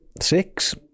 six